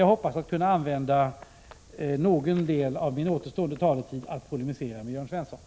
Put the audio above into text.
Jag hoppas att jag kan använda någon del av min återstående taletid till att polemisera mot Jörn Svensson.